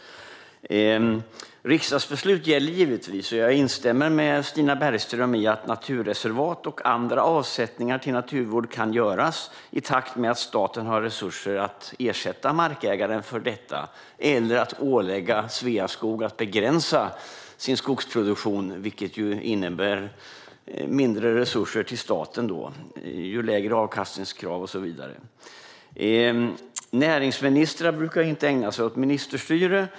Riksdagsbeslut gäller givetvis. Jag instämmer med Stina Bergström i att naturreservat och andra avsättningar till naturvård kan göras i takt med att staten har resurser att ersätta markägaren eller ålägger Sveaskog att begränsa sin skogsproduktion, vilket innebär mindre resurser till staten - ju lägre avkastningskrav och så vidare. Näringsministrar brukar inte ägna sig åt ministerstyre.